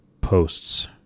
posts